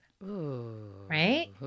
Right